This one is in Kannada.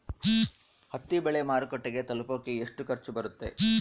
ಹತ್ತಿ ಬೆಳೆ ಮಾರುಕಟ್ಟೆಗೆ ತಲುಪಕೆ ಎಷ್ಟು ಖರ್ಚು ಬರುತ್ತೆ?